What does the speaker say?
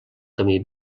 camí